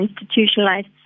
institutionalized